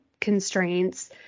constraints